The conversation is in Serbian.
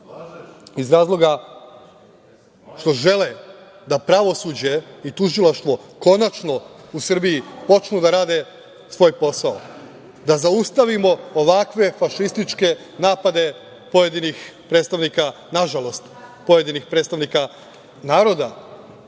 iz razloga što žele da pravosuđe i tužilaštvo konačno u Srbiji počnu da rade svoj posao, da zaustavimo ovakve fašističke napade pojedinih predstavnika naroda u Narodnoj